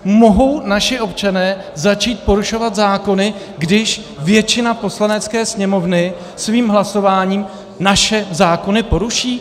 Mohou naši občané začít porušovat zákony, když většina Poslanecké sněmovny svým hlasováním naše zákony poruší?